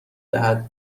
دهد